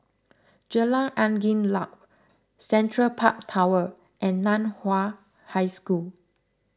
Jalan Angin Laut Central Park Tower and Nan Hua High School